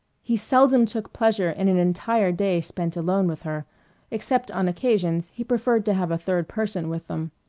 he seldom took pleasure in an entire day spent alone with her except on occasions he preferred to have a third person with them.